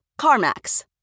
CarMax